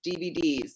DVDs